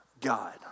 God